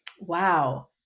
wow